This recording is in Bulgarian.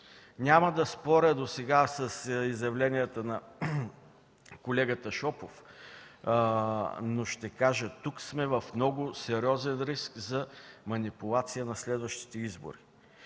Няма да споря с изявленията на колегата Шопов досега, но ще кажа, че тук сме в много сериозен риск за манипулация на следващите избори.